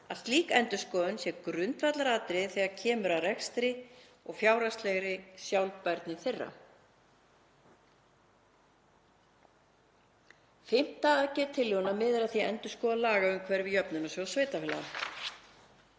að slík endurskoðun sé grundvallaratriði þegar kemur að rekstri og fjárhagslegri sjálfbærni þeirra. Fimmta aðgerð tillögunnar miðar að því að endurskoða lagaumhverfi Jöfnunarsjóðs sveitarfélaga.